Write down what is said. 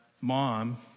mom